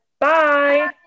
Bye